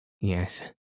yes